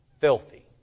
filthy